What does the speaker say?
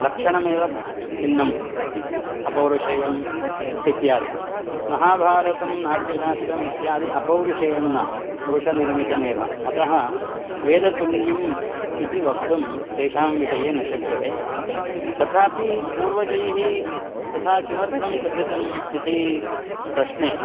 लक्षणमेव भिन्नं अपौरुषेयम् इत्यादि महाभारतं नाट्यशास्त्रम् इत्यादि अपौरुषेयन्न पुरुषनिर्मितम् एव अतः वेदतुल्यम् इति वक्तुं तेषां विषये न शक्यते तथापि पूर्वजैः तथा किमर्थं कथितम् इति प्रश्ने